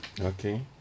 Okay